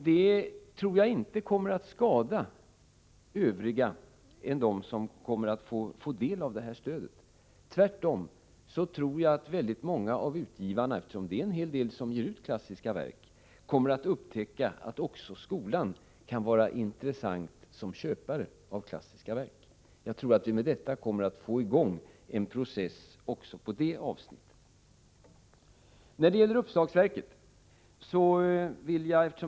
Det tror jag inte kommer att skada dem som kommer att få del av stödet. Tvärtom tror jag att väldigt många av utgivarna — det är en hel del som ger ut klassiska verk — kommer att upptäcka att också skolorna kan vara intressanta som köpare av klassiska verk. Jag tror att vi med detta kommer att få i gång en process också i det avseendet.